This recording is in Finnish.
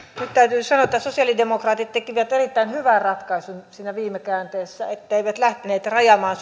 nyt täytyy sanoa että sosialidemokraatit tekivät erittäin hyvän ratkaisun siinä viime käänteessä etteivät lähteneet rajaamaan